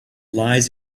lies